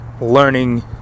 learning